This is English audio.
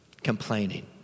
Complaining